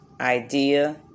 idea